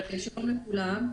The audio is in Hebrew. לכולם,